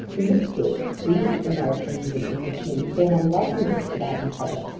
in this spirit we americans and englishmen go on writing books about each other,